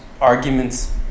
arguments